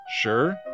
Sure